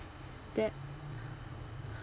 that